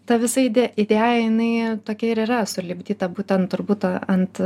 ta visa idė idėja jinai tokia ir yra sulipdyta būtent turbūt ant